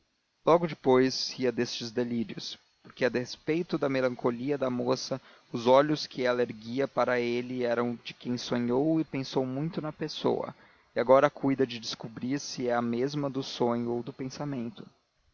logo depois ria destes delírios porque a despeito da melancolia da moça os olhos que ela erguia para ele eram de quem sonhou e pensou muito na pessoa e agora cuida de descobrir se é a mesma do sonho e do pensamento